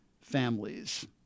families